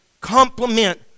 complement